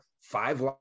Five